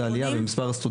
את העלייה בסטודנטים,